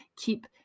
keep